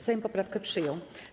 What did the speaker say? Sejm poprawkę przyjął.